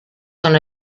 son